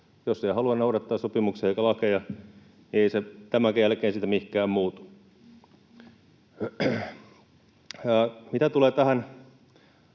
Jos ei halua noudattaa sopimuksia eikä lakeja, ei se tämänkään jälkeen siitä mihinkään muutu. Mitä tulee tähän